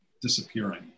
disappearing